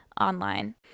online